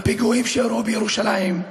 בפיגועים שאירעו בירושלים,